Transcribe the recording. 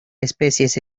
especies